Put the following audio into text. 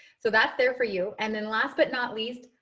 so that's there for you. and then last but not least,